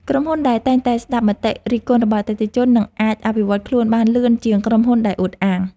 ក្រុមហ៊ុនដែលតែងតែស្ដាប់មតិរិះគន់របស់អតិថិជននឹងអាចអភិវឌ្ឍខ្លួនបានលឿនជាងក្រុមហ៊ុនដែលអួតអាង។